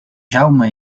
jaume